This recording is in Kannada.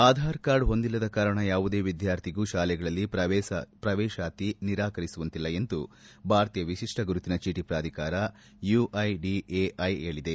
ಆಧಾರ್ ಕಾರ್ಡ್ ಹೊಂದಿಲ್ಲದ ಕಾರಣ ಯಾವುದೇ ವಿದ್ಲಾರ್ಥಿಗೂ ಶಾಲೆಗಳಲ್ಲಿ ಪ್ರವೇಶಾತಿ ನಿರಾಕರಿಸುವಂತಿಲ್ಲ ಎಂದು ಭಾರತೀಯ ವಿಶಿಷ್ಟ ಗುರುತಿನ ಚೀಟಿ ಪ್ರಾಧಿಕಾರ ಯುಐಡಿಎಐ ಹೇಳಿದೆ